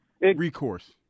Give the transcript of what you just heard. recourse